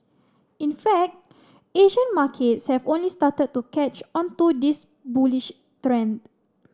in fact Asian markets have only started to catch on to this bullish trend